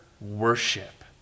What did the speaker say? worship